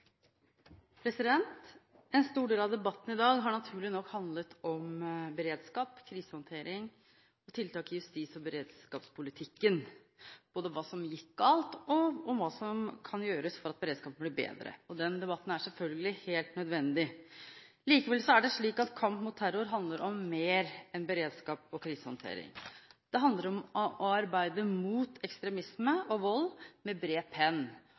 tiltak i justis- og beredskapspolitikken, både om hva som gikk galt, og om hva som kan gjøres for at beredskapen skal bli bedre. Den debatten er selvfølgelig helt nødvendig. Likevel er det slik at kamp mot terror handler om mer enn beredskap og krisehåndtering. Det handler om å arbeide mot ekstremisme og vold med bred penn,